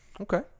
Okay